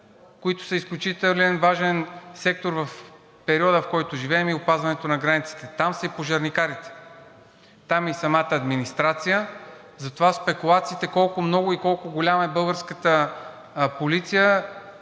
които са изключително важен сектор в периода, в който живеем, и опазването на границите. Там са и пожарникарите, там е и самата администрация. Затова спекулациите колко много и колко голяма е българската полиция